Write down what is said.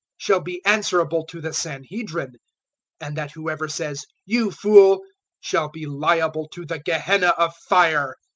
shall be answerable to the sanhedrin and that whoever says, you fool shall be liable to the gehenna of fire.